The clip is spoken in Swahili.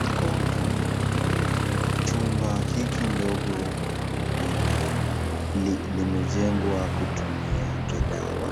mikono. chumba hili ndogo limejengwa kutumia kedawa.